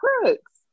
Crooks